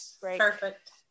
Perfect